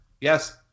Yes